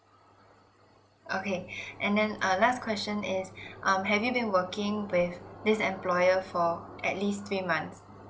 okay and then uh last question is um have you been working with this employer for at least three months